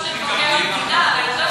אז גם אסור לשאול את מבקר המדינה?